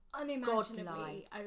unimaginably